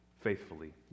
faithfully